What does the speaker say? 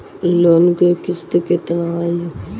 Loan क किस्त कितना आई?